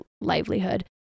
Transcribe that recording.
livelihood